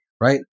right